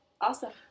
Awesome